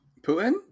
putin